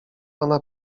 ona